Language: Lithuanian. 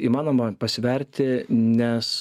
įmanoma pasverti nes